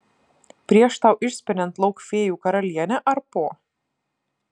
prieš tau išspiriant lauk fėjų karalienę ar po